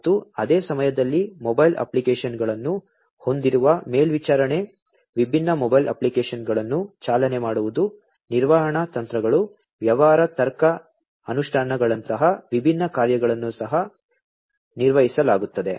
ಮತ್ತು ಅದೇ ಸಮಯದಲ್ಲಿ ಮೊಬೈಲ್ ಅಪ್ಲಿಕೇಶನ್ಗಳನ್ನು ಹೊಂದಿರುವ ಮೇಲ್ವಿಚಾರಣೆ ವಿಭಿನ್ನ ಮೊಬೈಲ್ ಅಪ್ಲಿಕೇಶನ್ಗಳನ್ನು ಚಾಲನೆ ಮಾಡುವುದು ನಿರ್ವಹಣಾ ತಂತ್ರಗಳು ವ್ಯವಹಾರ ತರ್ಕ ಅನುಷ್ಠಾನಗಳಂತಹ ವಿಭಿನ್ನ ಕಾರ್ಯಗಳನ್ನು ಸಹ ನಿರ್ವಹಿಸಲಾಗುತ್ತದೆ